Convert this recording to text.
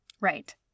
Right